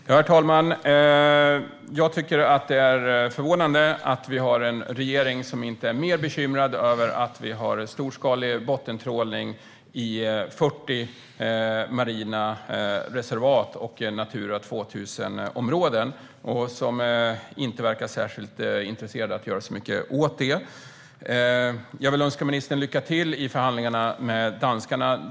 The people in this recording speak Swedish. Herr talman! Jag är förvånad över att regeringen inte är mer bekymrad över den storskaliga bottentrålningen i 40 marina reservat och Natura 2000-områden. Man verkar inte intresserad av att göra så mycket åt det. Jag vill önska ministern lycka till i förhandlingarna med danskarna.